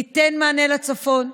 ניתן מענה לצפון,